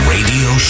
Radio